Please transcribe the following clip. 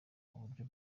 uburyo